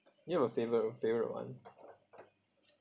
you have a favourite favourite [one]